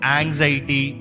anxiety